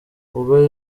ubwo